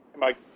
Mike